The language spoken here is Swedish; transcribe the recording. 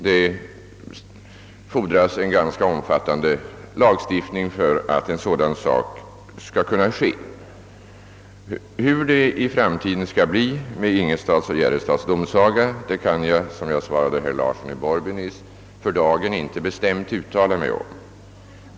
Det fordras en ganska omfattande lagstiftning för att en sådan åtgärd skall kunna genomföras. Hur det i framtiden skall bli med Ingelstads och Järrestads domsaga kan jag, som jag nyss svarade herr Larsson i Borrby, för dagen inte bestämt uttala mig om.